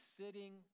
sitting